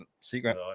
Secret